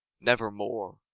nevermore